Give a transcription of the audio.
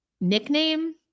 nickname